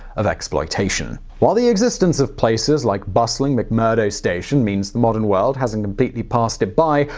of exploitation. while the existence of places like bustling mcmurdo station means the modern world hasn't completely passed it by,